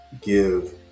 give